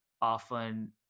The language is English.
often